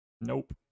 Nope